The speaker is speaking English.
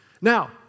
Now